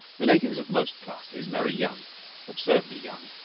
the natives of most classes marry young absurdly young.